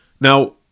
Now